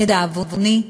לדאבוני,